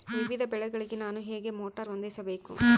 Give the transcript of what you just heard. ವಿವಿಧ ಬೆಳೆಗಳಿಗೆ ನಾನು ಹೇಗೆ ಮೋಟಾರ್ ಹೊಂದಿಸಬೇಕು?